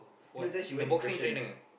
you know then she went depression eh